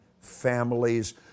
families